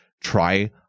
try